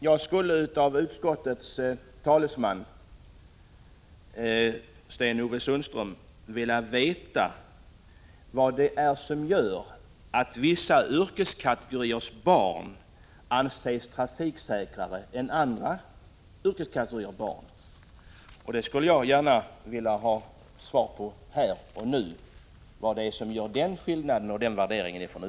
Jag skulle vilja att utskottets talesman Sten-Ove Sundström svarade på frågan vad det är som gör att vissa yrkeskategoriers barn anses trafiksäkrare än andra yrkeskategoriers barn. Jag vill här och nu veta varför utskottet gör denna skillnad och denna värdering. Herr talman!